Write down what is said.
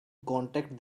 contact